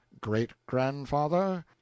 Great-grandfather